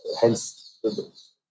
hence